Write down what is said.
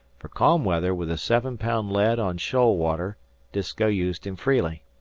for calm weather with a seven-pound lead on shoal water disko used him freely.